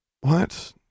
What